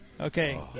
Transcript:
Okay